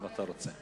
אם אתה רוצה.